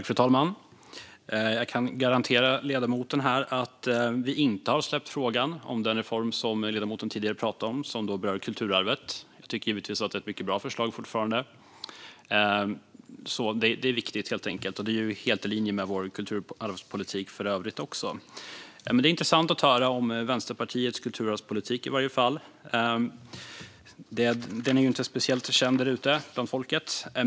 Fru talman! Jag kan garantera ledamoten att vi inte har släppt frågan om den reform som ledamoten tidigare pratade om och som berör kulturarvet. Vi tycker givetvis fortfarande att det är ett mycket bra förslag. Det är viktigt och helt i linje med vår kulturarvspolitik för övrigt. Det är i varje fall intressant att höra om Vänsterpartiets kulturarvspolitik. Den är inte speciellt känd där ute bland folket.